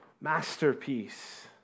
masterpiece